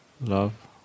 love